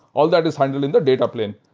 all that is handled in the data plane.